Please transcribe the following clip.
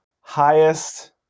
highest